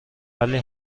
ولی